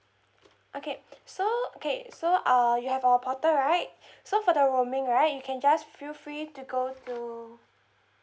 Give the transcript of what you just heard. okay so okay so uh you have our portal right so for the roaming right you can just feel free to go to